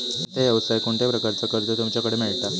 कोणत्या यवसाय कोणत्या प्रकारचा कर्ज तुमच्याकडे मेलता?